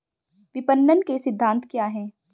विपणन के सिद्धांत क्या हैं?